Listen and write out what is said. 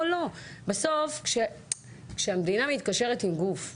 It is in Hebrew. לא, לא, בסוף, כשהמדינה מתקשרת עם גוף מוכר,